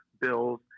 bills